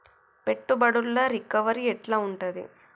పెట్టుబడుల రికవరీ ఎట్ల ఉంటది?